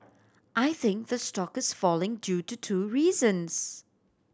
I think the stock is falling due to two reasons